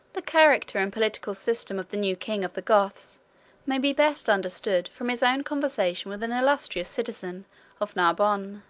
the character and political system of the new king of the goths may be best understood from his own conversation with an illustrious citizen of narbonne